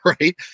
right